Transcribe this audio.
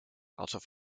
alsof